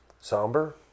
Somber